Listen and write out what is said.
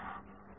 विद्यार्थीः